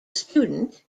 student